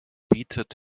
bietet